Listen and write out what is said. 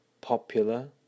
popular